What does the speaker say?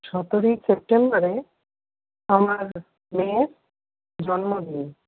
সতেরোই সেপ্টেম্বরে আমার মেয়ের জন্মদিন